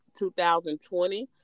2020